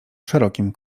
szerokim